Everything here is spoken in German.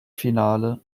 finale